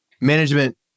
management